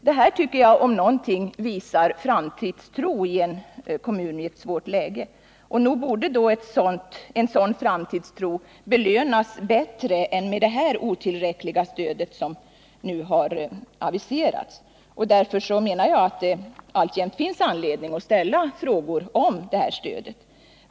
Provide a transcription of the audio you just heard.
Detta tycker jag om något visar framtidstro i en kommun i ett svårt läge. Nog borde en sådan framtidstro belönas bättre än på det otillräckliga sätt som nu har aviserats. Därför menar jag att det alltjämt finns anledning att ställa frågor om det här stödet.